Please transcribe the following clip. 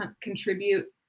contribute